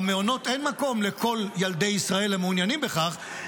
במעונות אין מקום לכל ילדי ישראל המעוניינים בכך,